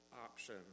option